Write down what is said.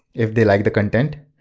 if they like the content.